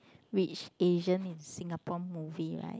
Rich Asian in Singapore movie right